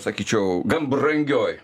sakyčiau gan brangioj